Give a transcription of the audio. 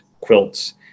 Quilts